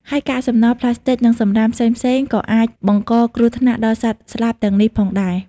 ហើយកាកសំណល់ប្លាស្ទិក និងសំរាមផ្សេងៗក៏អាចបង្កគ្រោះថ្នាក់ដល់សត្វស្លាបទាំងនេះផងដែរ។